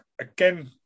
again